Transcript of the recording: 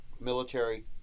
military